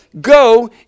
Go